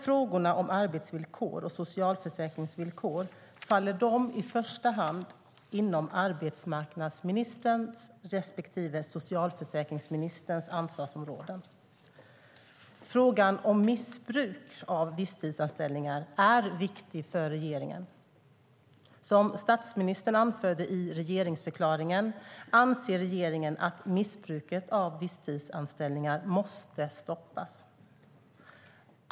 Frågorna om arbetsvillkor och socialförsäkringsvillkor faller i första hand inom arbetsmarknadsministerns respektive socialförsäkringsministerns ansvarsområden. Frågan om missbruk av visstidsanställningar är viktig för regeringen. Som statsministern anförde i regeringsförklaringen anser regeringen att missbruket av visstidsanställningar måste stoppas.